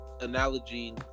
analogy